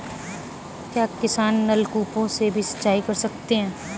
क्या किसान नल कूपों से भी सिंचाई कर सकते हैं?